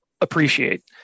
appreciate